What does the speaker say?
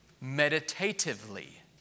meditatively